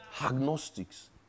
Agnostics